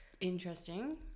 Interesting